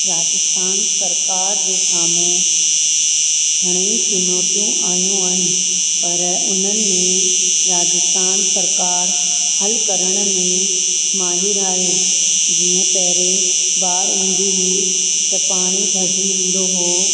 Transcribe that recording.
राजस्थान सरकार जे साम्हूं घणई चुनौतियूं आयूं आहिनि पर उन में राजस्थान सरकार हलु करण में माहिरु आहे जीअं पहिरीं बाढ़ ईंदी हुई त पाणी भरिजी वेंदो हो